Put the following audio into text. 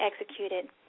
executed